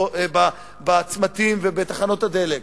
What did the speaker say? בצמתים ובתחנות הדלק,